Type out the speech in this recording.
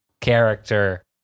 character